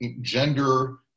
gender